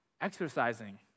exercising